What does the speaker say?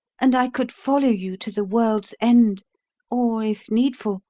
and i could follow you to the world's end or, if needful,